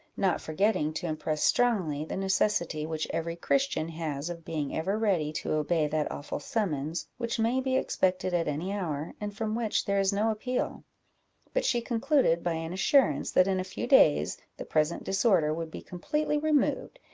not forgetting to impress strongly the necessity which every christian has of being ever ready to obey that awful summons, which may be expected at any hour, and from which there is no appeal but she concluded by an assurance that in a few days the present disorder would be completely removed,